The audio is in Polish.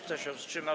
Kto się wstrzymał?